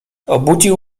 obudził